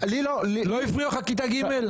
לא הפריעה לך כיתה ג'?